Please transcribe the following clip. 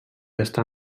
està